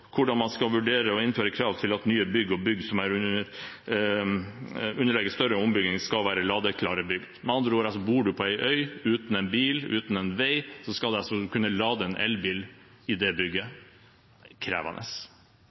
hvordan man skal vurdere å innføre krav til at nye bygg og bygg som er under større ombygging, skal være ladeklare bygg. Med andre ord: Bor du på en øy uten en bil og uten en vei, skal man kunne lade en elbil i det bygget. Krevende!